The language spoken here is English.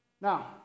Now